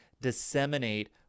disseminate